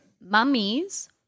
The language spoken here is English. Mummies